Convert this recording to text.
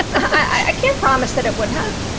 i can't promise that it would have.